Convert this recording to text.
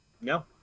No